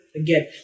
again